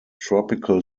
tropical